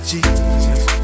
Jesus